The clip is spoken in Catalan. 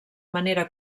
manera